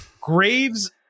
Graves